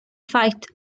fight